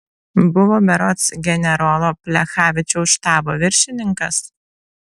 buvo berods generolo plechavičiaus štabo viršininkas